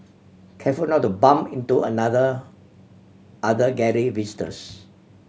careful not to bump into another other Gallery visitors